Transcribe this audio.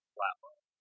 Flatline